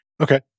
Okay